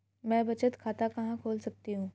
मैं बचत खाता कहां खोल सकती हूँ?